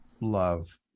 love